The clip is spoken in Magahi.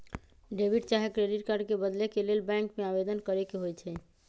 डेबिट चाहे क्रेडिट कार्ड के बदले के लेल बैंक में आवेदन करेके होइ छइ